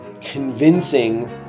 convincing